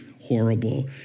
horrible